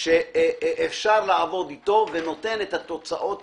שאפרש לעבוד אתו, ונותן את התוצאות